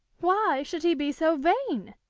why should he be so vain.